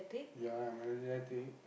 ya I'm energetic